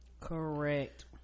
Correct